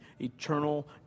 eternal